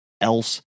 else